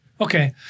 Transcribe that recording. Okay